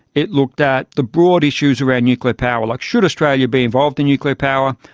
it looked at the broad issues around nuclear power, like should australia be involved in nuclear power,